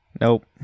nope